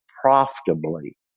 profitably